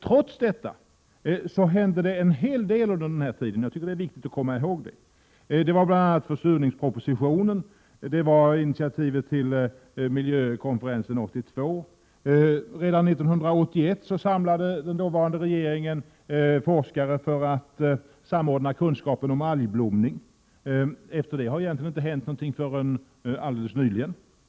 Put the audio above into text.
Trots detta hände det emellertid en hel del under den här tiden. Det är viktigt, tycker jag, att komma ihåg det. Jag tänker på bl.a. försurningspropositionen och initiativet till miljökonferensen 1982. Redan 1981 samlade den dåvarande regeringen forskare för att samordna kunskaperna om algblomning. Sedan dess har det på det område egentligen inte hänt någonting förrän alldeles nyligen.